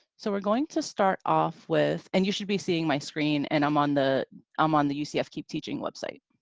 so, we're going to start off with and you should be seeing my screen, and i'm on the um on the ucf keep teaching website.